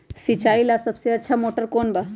सिंचाई ला सबसे अच्छा मोटर कौन बा?